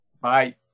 Bye